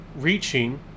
reaching